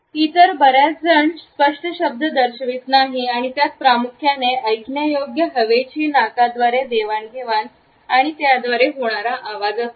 इतर बर्याचजण स्पष्ट शब्द दर्शवित नाहीत आणि त्यात प्रामुख्याने ऐकण्यायोग्य हवेची नाकाद्वारे देवाण घेवाण आणि त्याद्वारे होणारा आवाज असते